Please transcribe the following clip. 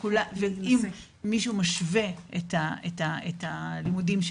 ואם מישהו משווה את הלימודים שלו.